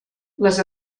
les